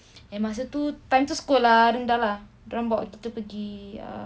and masa tu time tu sekolah rendah lah dia orang bawa kita pergi ah